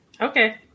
Okay